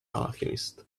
alchemist